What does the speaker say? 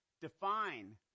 define